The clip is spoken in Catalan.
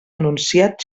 enunciat